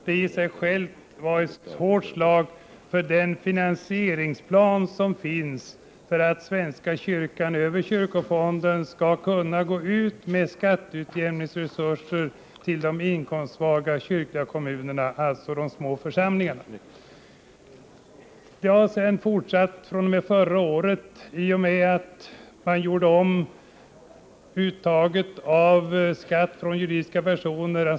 Det var i sig ett hårt slag för finansieringsplanen för svenska kyrkan. Enligt denna plan skall svenska 10 juni 1985 kyrkan kunna bidra med skatteutjämningsresurser till de inkomstsvaga kyrkliga kommunerna, alltså de små församlingarna. fr.o.m. förra året har tillkyrkofonden juridiska personer.